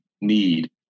need